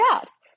jobs